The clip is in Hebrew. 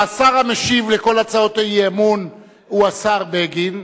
השר המשיב לכל הצעות האי-אמון הוא השר בגין,